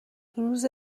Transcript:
روز